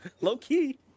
low-key